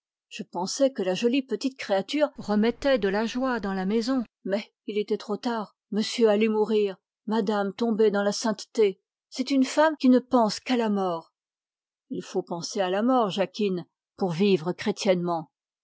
je pensais que la jolie petite créature remettait de la joie dans la maison mais il était trop tard monsieur allait mourir madame tombait dans la sainteté c'est une femme qui ne pense qu'à la mort il faut penser à la mort jacquine pour vivre